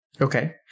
Okay